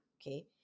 Okay